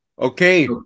Okay